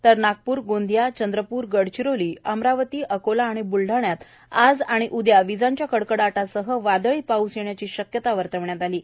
तर नागपूर गोंदिया चंद्रपूर गडचिरोली अमरावती अकोला आणि ब्लढण्यात आज आणि उदया वीजांच्या कडकडाटासह वादळी पाऊस येण्याची शक्यता वर्तविण्यात आली आहे